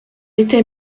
était